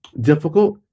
difficult